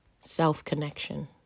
self-connection